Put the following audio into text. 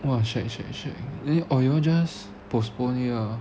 !wah! shag shag shag then or you all just postpone it lah